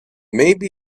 maybe